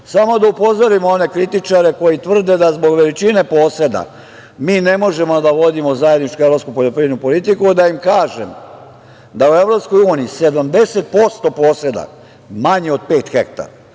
da upozorim one kritičare koji tvrde da zbog veličine poseda mi ne možemo da vodimo zajedničku evropsku poljoprivrednu politiku, da im kažem da je u EU 70% poseda manje od pet hektara,